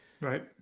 Right